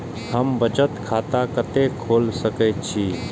हम बचत खाता कते खोल सके छी?